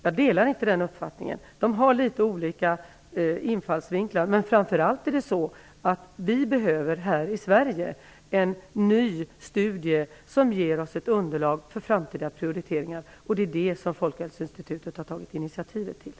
Jag delar inte den uppfattningen. Undersökningarna har litet olika infallsvinklar. Här i Sverige behöver vi framför allt en ny studie som ger oss ett underlag för framtida prioriteringar. Det är detta som Folkhälsoinstitutet har tagit initiativet till.